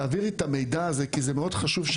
תעבירי את המידע הזה, כי זה מאוד חשוב.